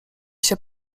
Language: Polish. się